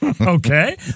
Okay